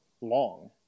long